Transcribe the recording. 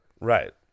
Right